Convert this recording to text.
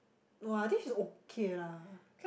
no I think she's okay lah